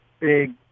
big